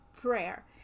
prayer